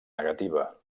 negativa